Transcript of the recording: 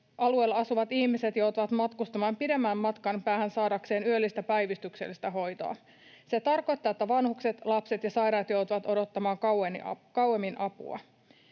alueella asuvat ihmiset joutuvat matkustamaan pidemmän matkan päähän saadakseen yöllistä päivystyksellistä hoitoa. Se tarkoittaa, että vanhukset, lapset ja sairaat joutuvat odottamaan kauemmin apua.